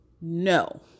No